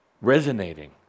resonating